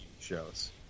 shows